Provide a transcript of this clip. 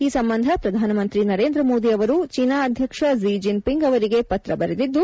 ಈ ಸಂಬಂಧ ಪ್ರಧಾನಮಂತ್ರಿ ನರೇಂದ್ರಮೋದಿ ಅವರು ಚೀನಾ ಅಧ್ಯಕ್ಷ ಕ್ಷಿ ಜಿನ್ಪಿಂಗ್ ಅವರಿಗೆ ಪತ್ರ ಬರೆದಿದ್ದು